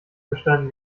verstanden